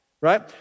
right